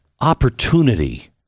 opportunity